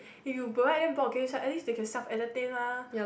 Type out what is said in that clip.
if you provide them board games right at least they can self entertain mah